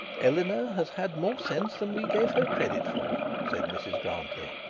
eleanor has had more sense then we gave her credit for said mrs grantly.